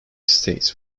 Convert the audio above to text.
states